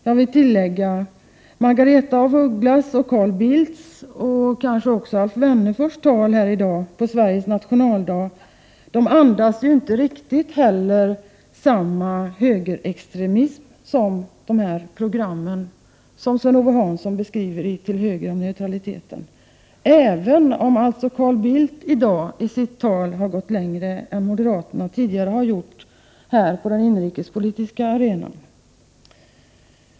Jag vill tillägga att Margaretha af Ugglas, Carl Bildts och kanske även Alf Wennerfors tal här i dag, på Sveriges nationaldag, inte heller andas riktigt samma högerextremism som de program som Sven-Ove Hansson beskriver i Till höger om neutraliteten, även om Carl Bildt i sitt tal i dag har gått längre än moderaterna tidigare har gjort på den inrikespolitiska arenan.